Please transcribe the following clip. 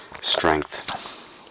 Strength